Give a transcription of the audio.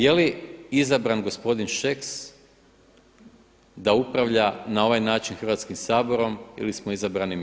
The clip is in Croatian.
Je li izabran gospodin Šeks da upravlja na ovaj način Hrvatskim saborom ili smo izabrani mi?